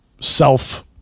self